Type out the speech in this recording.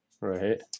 Right